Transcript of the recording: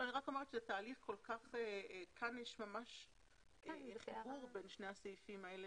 אני אומרת שכאן יש חיבור בין שני הסעיפים האלה.